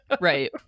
right